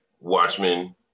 Watchmen